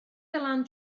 dylan